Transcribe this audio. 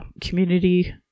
community